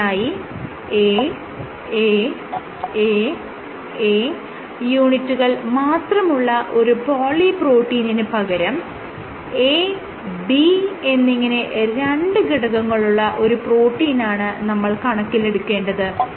ഇതിനായി A A A A യൂണിറ്റുകൾ മാത്രമുള്ള ഒരു പോളിപ്രോട്ടീനിന് പകരം A B എന്നിങ്ങനെ രണ്ട് ഘടകങ്ങളുള്ള ഒരു പ്രോട്ടീനാണ് നമ്മൾ കണക്കിലെടുക്കേണ്ടത്